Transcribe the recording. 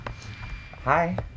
Hi